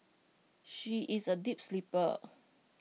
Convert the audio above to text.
she is A deep sleeper